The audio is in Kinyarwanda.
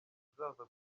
zizaza